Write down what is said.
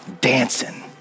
dancing